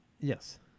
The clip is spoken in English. Yes